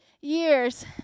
years